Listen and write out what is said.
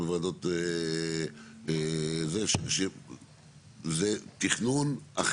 אם זה ועדות אחרות שזה תכנון אחר.